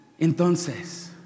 Entonces